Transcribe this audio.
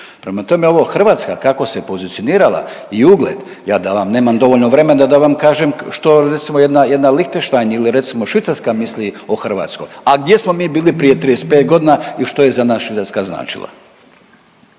prema tome, ovo Hrvatska kako se pozicionirala i ugled, ja da vam nemam dovoljno vremena da vam kažem što recimo jedna Lihtenštajn ili recimo Švicarska misli o Hrvatskoj, a gdje smo mi bili prije 35 godina i što je za nas Švicarska značila.